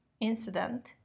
incident